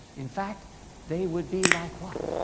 in fact they would be like, what.